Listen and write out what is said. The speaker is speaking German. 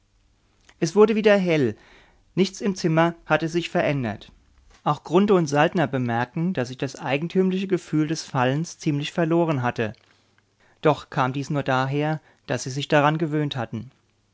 es wurde wieder hell nichts im zimmer hatte sich verändert die martier verließen nun ihre gestelle und bewegten sich wie gewöhnlich im zimmer auch grunthe und saltner bemerkten daß sich das eigentümliche gefühl des fallens ziemlich verloren hatte doch kam dies nur daher daß sie sich daran gewöhnt hatten